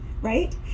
right